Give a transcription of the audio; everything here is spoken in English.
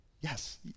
Yes